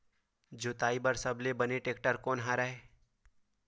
जोताई बर सबले बने टेक्टर कोन हरे?